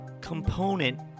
component